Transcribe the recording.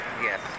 Yes